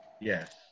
Yes